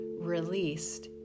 released